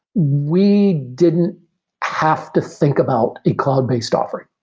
we didn't have to think about a cloud-based offer.